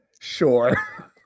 Sure